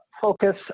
focus